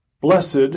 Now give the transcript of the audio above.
Blessed